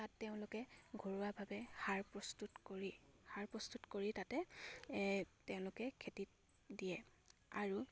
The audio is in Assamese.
তাত তেওঁলোকে ঘৰুৱাভাৱে সাৰ প্ৰস্তুত কৰি সাৰ প্ৰস্তুত কৰি তাতে তেওঁলোকে খেতিত দিয়ে আৰু